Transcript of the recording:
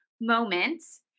moments